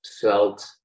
felt